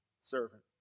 servant